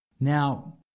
Now